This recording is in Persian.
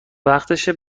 وقتشه